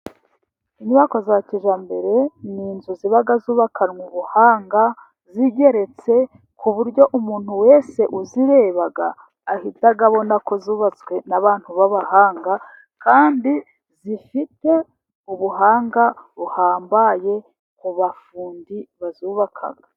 Inyubako za kijyambere ni inzu ziba zubakanwa ubuhanga, zigeretse, ku buryo umuntu wese uzireba ahita abona ko zubatswe n'abantu b'abahanga. Kandi zifite ubuhanga buhambaye ku bafundi bazubaka.